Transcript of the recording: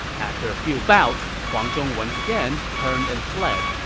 after a few bouts, huang zhong once again turned and fled,